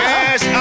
Yes